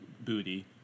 booty